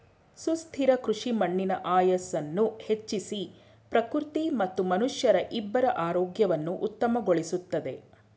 ಸುಸ್ಥಿರ ಕೃಷಿ ಮಣ್ಣಿನ ಆಯಸ್ಸನ್ನು ಹೆಚ್ಚಿಸಿ ಪ್ರಕೃತಿ ಮತ್ತು ಮನುಷ್ಯರ ಇಬ್ಬರ ಆರೋಗ್ಯವನ್ನು ಉತ್ತಮಗೊಳಿಸುತ್ತದೆ